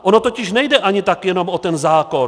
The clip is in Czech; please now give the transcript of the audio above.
Ono totiž nejde ani tak jenom o ten zákon.